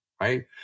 right